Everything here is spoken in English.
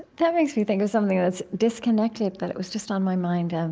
that makes me think of something that's disconnected, but it was just on my mind. um